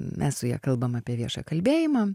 mes su ja kalbam apie viešą kalbėjimą